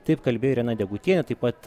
taip kalbėjo irena degutienė taip pat